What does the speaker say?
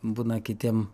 būna kitiem